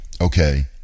okay